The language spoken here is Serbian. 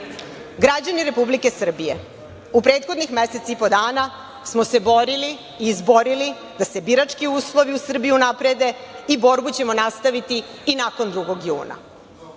volje. Građani Republike Srbije, u prethodnih mesec i po dana smo se borili i izborili da se birački uslovi u Srbiji unaprede i borbu ćemo nastaviti i nakon 2. juna.